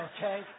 Okay